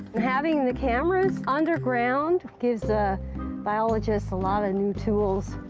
having the cameras underground gives biologists a lot of new tools.